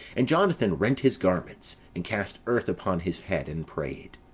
and jonathan rent his garments, and cast earth upon his head, and prayed.